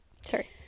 Sorry